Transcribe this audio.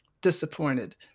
disappointed